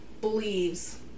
believes